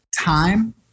time